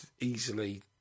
easily